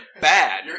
bad